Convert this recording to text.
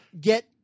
get